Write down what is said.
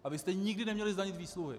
A vy jste nikdy neměli zdanit výsluhy.